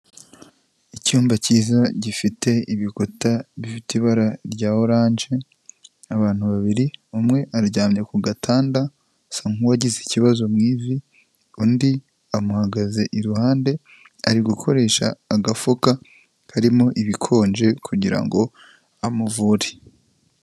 Icyumba cyiza gifite ibikuta bifite ibara rya oranje, abantu babiri umwe aryamye ku gatanda asa nk'uwagize ikibazo mu ivi, undi amuhagaze iruhande ari gukoresha agafuka karimo ibikonje kugira ngo amuvure.